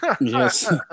Yes